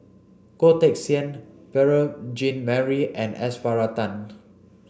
Goh Teck Sian Beurel Jean Marie and S Varathan